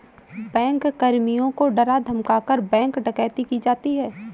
bank कर्मचारियों को डरा धमकाकर, बैंक डकैती की जाती है